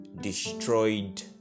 destroyed